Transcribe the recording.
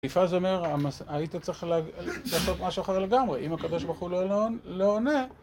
אליפז אומר, היית צריך לעשות משהו אחר לגמרי, אם הקדוש ברוך הוא לא עונה.